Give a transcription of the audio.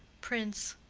prince.